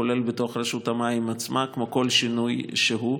כולל בתוך רשות המים עצמה, כמו כל שינוי שהוא.